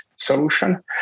solution